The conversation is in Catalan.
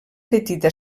petita